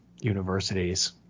universities